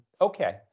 Okay